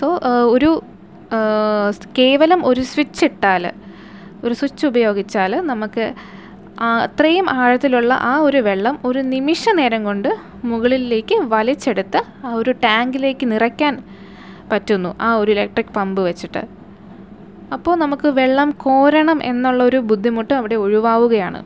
so ഒരു കേവലം ഒരു സ്വിച്ച് ഇട്ടാൽ ഒരു സ്വിച്ച് ഉപയോഗിച്ചാൽ നമുക്ക് അത്രയും ആഴത്തിലുള്ള ആ ഒരു വെള്ളം ഒരു നിമിഷ നേരം കൊണ്ട് മുകളിലേക്ക് വലിച്ചെടുത്ത് ആ ഒരു ടാങ്കിലേക്ക് നിറയ്ക്കാൻ പറ്റുന്നു ആ ഒരു ഇലക്ട്രിക് പമ്പ് വച്ചിട്ട് അപ്പോൾ നമുക്ക് വെള്ളം കോരണം എന്നുള്ള ഒരു ബുദ്ധിമുട്ട് അവിടെ ഒഴിവാകുകയാണ്